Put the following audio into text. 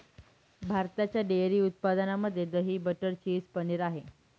भारताच्या डेअरी उत्पादनामध्ये दही, बटर, चीज, पनीर आहे